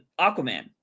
Aquaman